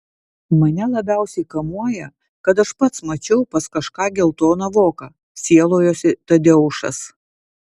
mane labiausiai kamuoja kad aš pats mačiau pas kažką geltoną voką sielojosi tadeušas